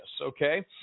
okay